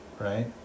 right